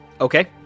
Okay